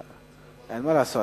אין מה לעשות.